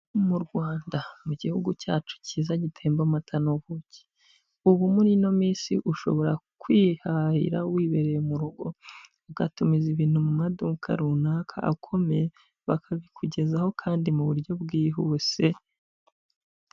Mu Rwanda, mu gihugu cyacu cyiza gitemba amata n'ubuki. Ubu muri ino minsi ushobora kwihahira wibereye mu rugo, ugatumiza ibintu mu maduka runaka akomeye, bakabikugezaho kandi mu buryo bwihuse.